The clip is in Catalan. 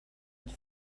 ens